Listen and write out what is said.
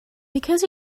because